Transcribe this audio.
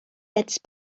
jetzt